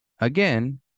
Again